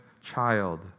child